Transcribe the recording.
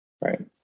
Right